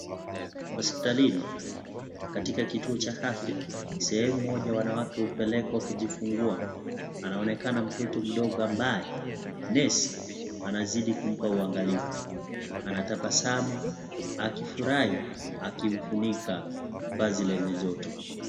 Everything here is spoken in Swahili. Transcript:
Hospitalini, katika kituo cha afya. Sehemu moja wanawake hupelekwa kujifungua. Anaonekana mtoto mdogo ambaye nesi anazidi kumpa uangalofu. Anatabasamu akifurahi akimfunika vazi lenye joto.